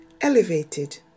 elevated